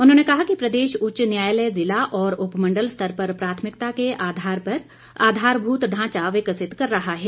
उन्होंने कहा कि प्रदेश उच्च न्यायालय जिला और उपमंडल स्तर पर प्राथमिकता के आधार पर आधारभूत ढांचा विकसित कर रहा है